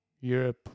Europe